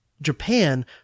Japan